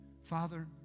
Father